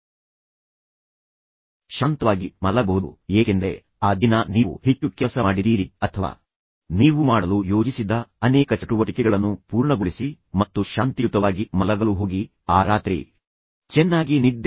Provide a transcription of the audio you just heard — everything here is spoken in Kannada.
ಆದ್ದರಿಂದ ನಿಮ್ಮ ಮನಸ್ಸು ಶಾಂತವಾಗಿರಲಿ ಮತ್ತು ಆ ರಾತ್ರಿ ನೀವು ಶಾಂತವಾಗಿ ಮಲಗಬಹುದು ಏಕೆಂದರೆ ಆ ದಿನ ನೀವು ಹೆಚ್ಚು ಕೆಲಸ ಮಾಡಿದ್ದೀರಿ ಅಥವಾ ನೀವು ಮಾಡಲು ಯೋಜಿಸಿದ್ದ ಅನೇಕ ಚಟುವಟಿಕೆಗಳನ್ನು ಪೂರ್ಣಗೊಳಿಸಿ ಮತ್ತು ಶಾಂತಿಯುತವಾಗಿ ಮಲಗಲು ಹೋಗಿ ಆ ರಾತ್ರಿ ಚೆನ್ನಾಗಿ ನಿದ್ದೆ ಮಾಡಿ